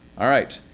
all right.